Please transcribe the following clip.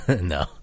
No